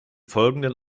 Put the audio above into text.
folgenden